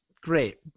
great